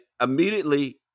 immediately